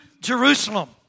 Jerusalem